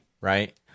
right